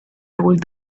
told